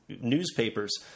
newspapers